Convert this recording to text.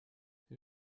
wir